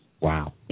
Wow